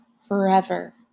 forever